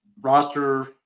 roster